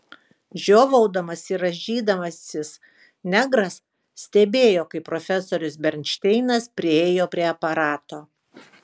žiovaudamas ir rąžydamasis negras stebėjo kaip profesorius bernšteinas priėjo prie aparato